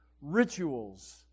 rituals